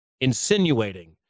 insinuating